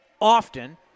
often